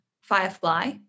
Firefly